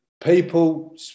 people